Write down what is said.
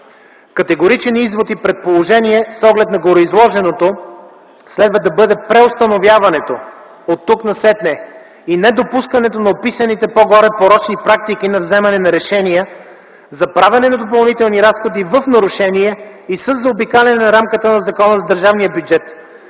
Категоричен извод и предложение с оглед гореизложеното следва да бъде преустановяването оттук насетне и недопускането на описаните по-горе порочни практики на вземане на решения за правене на допълнителни разходи в нарушение и със заобикаляне на рамката на Закона за държавния бюджет,